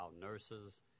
nurses